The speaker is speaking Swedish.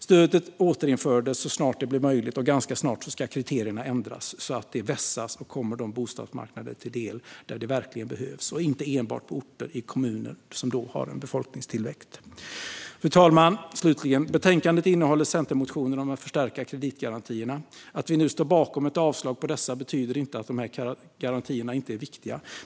Stödet återinfördes så snart det blev möjligt, och ganska snart ska kriterierna ändras så att stödet vässas och kommer de bostadsmarknader till del där det verkligen behövs, och inte enbart på orter i kommuner som har en befolkningstillväxt. Fru talman! Slutligen: Betänkandet innehåller centermotioner om att förstärkta kreditgarantierna. Att vi nu står bakom ett avslag på dessa betyder inte att garantierna inte är viktiga.